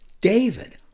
David